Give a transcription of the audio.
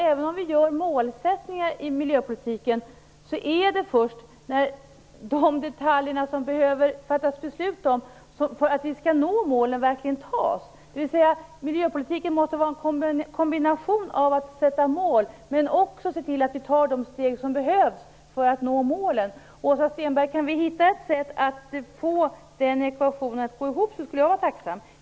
Även om vi har målsättningar i miljöpolitiken gäller det först att de detaljer verkligen tas som det behöver fattas beslut om för att vi skall nå målen, dvs. miljöpolitiken måste vara en kombination av att mål sätts upp och av att man ser till att de steg tas som behövs för att vi skall nå målen. Om vi kan hitta ett sätt att få den ekvationen att gå ihop, Åsa Stenberg, skulle jag vara tacksam.